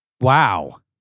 wow